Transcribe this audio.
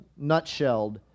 nutshelled